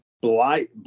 Blight